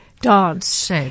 dance